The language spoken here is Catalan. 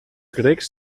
grecs